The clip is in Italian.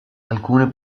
alcune